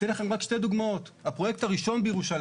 אני אתן לכם רק שתי דוגמאות: הפרויקט הראשון בירושלים.